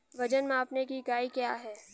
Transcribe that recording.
वजन मापने की इकाई क्या है?